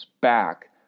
back